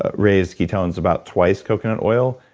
ah raised ketones about twice coconut oil,